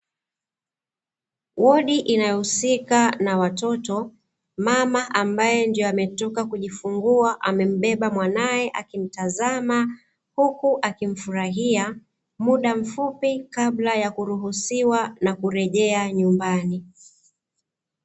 Wodi inayohusika na watoto, mama ambae ndio ametoka kujifungua amembeba mwanae akimtazama huku akimfurahia muda mfupi kabla ya kuruhusiwa na kurejea nyumbani.